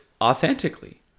authentically